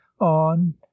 on